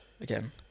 again